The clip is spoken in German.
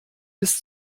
bis